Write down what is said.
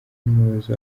n’umuyobozi